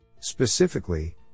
Specifically